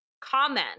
comment